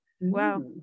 Wow